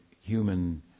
human